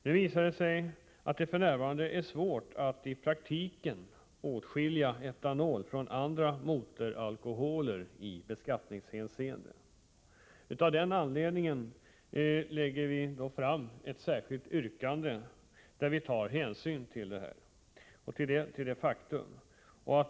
Nu visar det sig att det f. n. är svårt att i praktiken i beskattningshänseende åtskilja etanol från andra motoralkoholer. Av den anledningen lägger vi fram ett särskilt yrkande, där vi tar hänsyn till detta faktum.